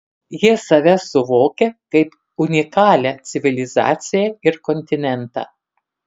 jie save suvokia kaip unikalią civilizaciją ir kontinentą